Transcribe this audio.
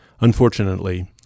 Unfortunately